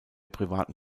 privaten